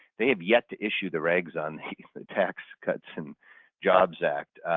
they have yet to issue the regs on the tax cuts and jobs act.